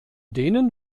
denen